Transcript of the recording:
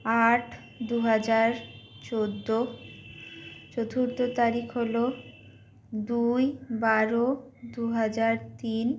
আট দু হাজার চোদ্দো চতুর্থ তারিখ হল দুই বারো দু হাজার তিন